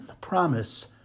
promise